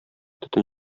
төтен